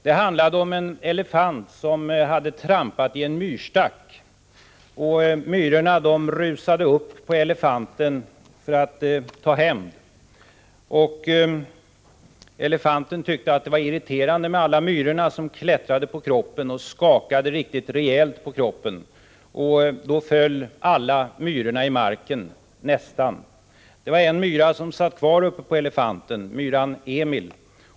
Den handlade om en elefant som hade trampat i en myrstack. Myrorna rusade upp på elefanten för att ta hämnd. Elefanten tyckte det var irriterande med alla myror som klättrade på kroppen och skakade riktigt rejält på sig. Då föll alla myror i marken — nästan. En myra satt kvar uppe på elefanten, myran Emil.